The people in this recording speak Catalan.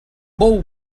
bou